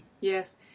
Yes